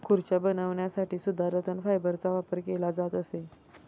खुर्च्या बनवण्यासाठी सुद्धा रतन फायबरचा वापर केला जात असे